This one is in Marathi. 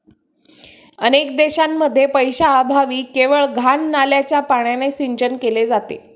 अनेक देशांत पैशाअभावी केवळ घाण नाल्याच्या पाण्याने सिंचन केले जाते